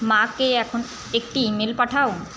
মাকে এখন একটি ইমেল পাঠাও